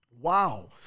Wow